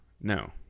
no